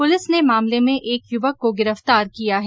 police ने मामले में एक युवक को गिरफ्तार किया है